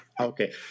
okay